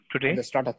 Today